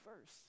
first